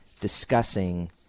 discussing